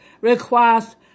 requires